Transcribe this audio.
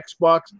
Xbox